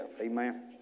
Amen